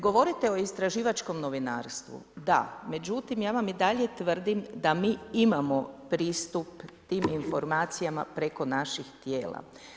Govorite o istraživačkom novinarstvu, da, međutim ja vam i dalje tvrdim da imamo pristup tim informacijama preko naših tijela.